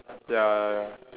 ya ya ya